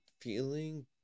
feeling